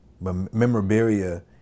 memorabilia